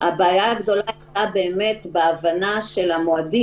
הבעיה הגדולה היא בהבנה של המועדים,